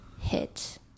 hit